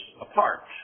apart